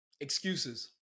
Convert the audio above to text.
excuses